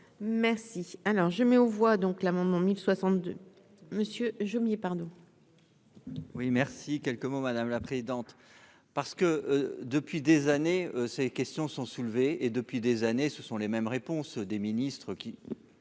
Merci, alors je mets aux voix donc l'amendement 1062 monsieur je oubliais pardon. Oui merci, quelques mots, madame la présidente, parce que depuis des années, ces questions sont soulevées et depuis des années, ce sont les mêmes réponses des ministres qui